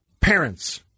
Parents